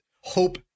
hope